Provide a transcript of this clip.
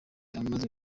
amaze